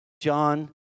John